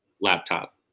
Laptop